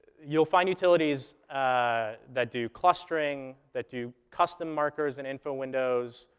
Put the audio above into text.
you'll find utilities ah that do clustering, that do custom markers and info windows,